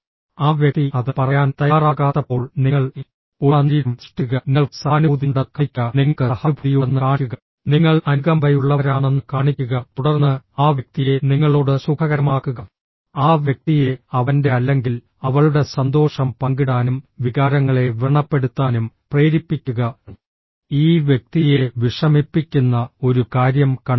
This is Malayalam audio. ആ വ്യക്തി അത് പറയാൻ തയ്യാറാകാത്തപ്പോൾ നിങ്ങൾ ഒരു അന്തരീക്ഷം സൃഷ്ടിക്കുക നിങ്ങൾക്ക് സഹാനുഭൂതിയുണ്ടെന്ന് കാണിക്കുക നിങ്ങൾക്ക് സഹാനുഭൂതിയുണ്ടെന്ന് കാണിക്കുക നിങ്ങൾ അനുകമ്പയുള്ളവരാണെന്ന് കാണിക്കുക തുടർന്ന് ആ വ്യക്തിയെ നിങ്ങളോട് സുഖകരമാക്കുക ആ വ്യക്തിയെ അവന്റെ അല്ലെങ്കിൽ അവളുടെ സന്തോഷം പങ്കിടാനും വികാരങ്ങളെ വ്രണപ്പെടുത്താനും പ്രേരിപ്പിക്കുക ഈ വ്യക്തിയെ വിഷമിപ്പിക്കുന്ന ഒരു കാര്യം കണ്ടെത്തുക